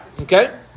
Okay